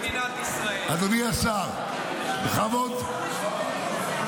גם חוק גיוס נכון למדינת ישראל.